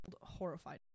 Horrified